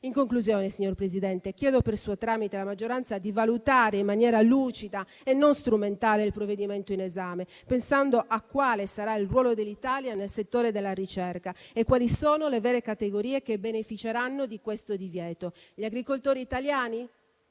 In conclusione, signora Presidente, chiedo per il suo tramite alla maggioranza di valutare in maniera lucida e non strumentale il provvedimento in esame, pensando a quale sarà il ruolo dell'Italia nel settore della ricerca e a quali sono le vere categorie che beneficeranno di questo divieto: non gli agricoltori italiani,